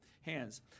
hands